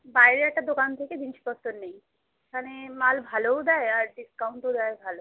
বাইরে একটা দোকান থেকে জিনিসপত্র নিই ওখানে মাল ভালোও দেয় আর ডিসকাউন্টও দেয় ভালো